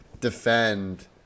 defend